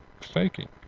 faking